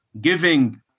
giving